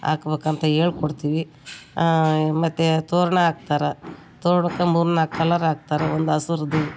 ಹಾಕ್ಬಕ್ ಅಂತ ಹೇಳ್ಕೊಡ್ತೀವಿ ಮತ್ತು ತೋರಣ ಹಾಕ್ತಾರಾ ತೋರ್ಣಕ್ಕೆ ಮೂರು ನಾಲ್ಕು ಕಲ್ಲರ್ ಆಕ್ತಾರಾ ಒಂದು ಹಸುರ್ದು